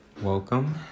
Welcome